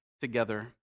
together